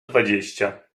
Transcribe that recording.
dwadzieścia